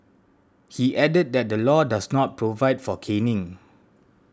he added that the law does not provide for caning